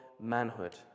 manhood